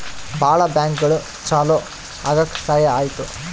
ಭಾಳ ಬ್ಯಾಂಕ್ಗಳು ಚಾಲೂ ಆಗಕ್ ಸಹಾಯ ಆಯ್ತು